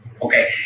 Okay